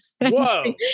Whoa